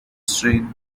strain